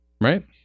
right